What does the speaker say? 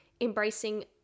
embracing